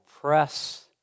press